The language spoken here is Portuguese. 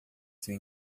seu